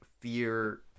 fear